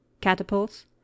catapults